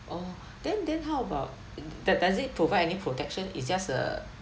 oh then then how about d~ does it provide any protection is just a